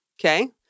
okay